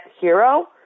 hero